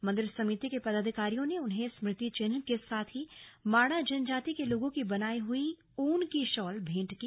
मंदिर समिति के पदाधिकारियों ने उन्हें स्मृति चिह्न के साथ ही माणा जनजाति के लोगों की बनाई हुई ऊन की शॉल भेंट की